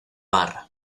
mar